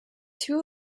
two